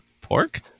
Pork